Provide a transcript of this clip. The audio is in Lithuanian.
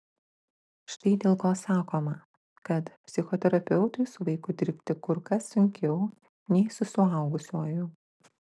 štai dėl ko sakoma kad psichoterapeutui su vaiku dirbti kur kas sunkiau nei su suaugusiuoju